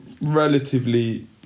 relatively